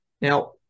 now